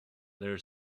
their